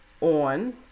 on